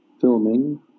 filming